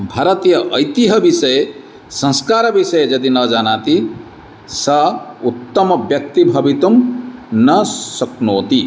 भरतीय ऐतिह्यविषये संस्कारविषये यदि न जानाति सः उत्तमव्यक्तिः भवितुं न शक्नोति